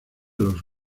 los